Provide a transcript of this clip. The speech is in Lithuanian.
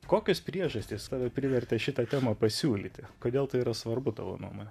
kokios priežastys tave privertė šitą temą pasiūlyti kodėl tai yra svarbu tavo nuomone